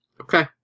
Okay